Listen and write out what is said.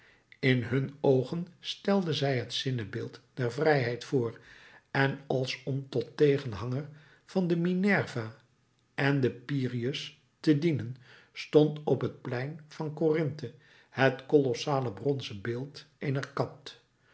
in hun oogen stelde zij het zinnebeeld der vrijheid voor en als om tot tegenhanger van de minerva van den pyreus te dienen stond op het plein van corinthe het kolossale bronzen beeld eener kat